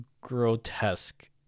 grotesque